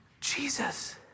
Jesus